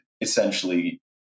essentially